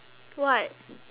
what